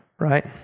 Right